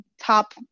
top